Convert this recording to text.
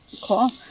cool